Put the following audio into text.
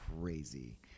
crazy